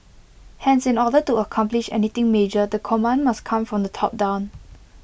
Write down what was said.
hence in order to accomplish anything major the command must come from the top down